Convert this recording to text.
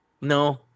no